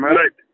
right